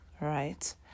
right